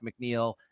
McNeil